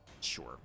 Sure